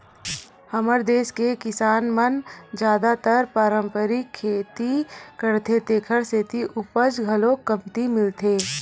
हमर देस के किसान मन जादातर पारंपरिक खेती करथे तेखर सेती उपज घलो कमती मिलथे